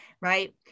right